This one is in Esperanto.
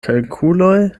kalkuloj